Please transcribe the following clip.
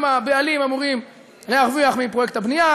הבעלים אמורים להרוויח מפרויקט הבנייה,